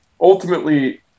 ultimately